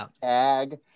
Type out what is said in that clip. tag